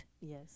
Yes